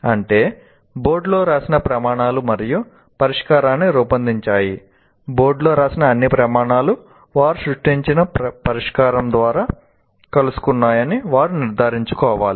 అంటే బోర్డులో వ్రాసిన ప్రమాణాలు మరియు పరిష్కారాన్ని రూపొందించాయి బోర్డులో వ్రాసిన అన్ని ప్రమాణాలు వారు సృష్టించిన పరిష్కారం ద్వారా కలుసుకున్నాయని వారు నిర్ధారించుకోవాలి